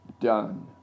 done